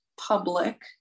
public